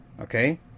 Okay